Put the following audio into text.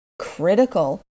critical